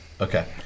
okay